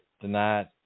tonight